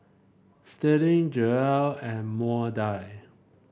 Sterling Joell and Maudie